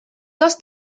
dos